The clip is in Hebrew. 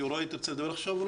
יוראי, אתה רוצה לדבר עכשיו?